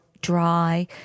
dry